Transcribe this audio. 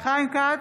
חיים כץ,